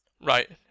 Right